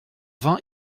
vingt